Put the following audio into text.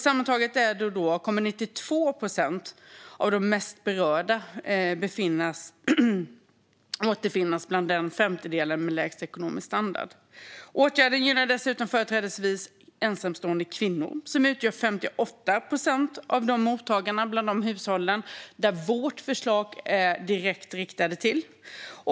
Sammantaget kommer 92 procent av de mest berörda att återfinnas inom den femtedel som har lägst ekonomisk standard. Åtgärden gynnar dessutom företrädesvis ensamstående kvinnor, som utgör 58 procent av de mottagande hushåll som vårt förslag riktas direkt till.